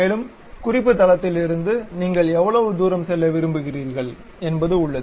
மேலும் குறிப்பு தளத்திலிருந்து நீங்கள் எவ்வளவு தூரம் செல்ல விரும்புகிறீர்கள் என்பது உள்ளது